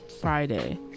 Friday